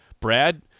Brad